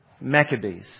Maccabees